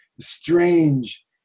strange